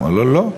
הוא אומר לו: לא.